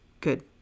good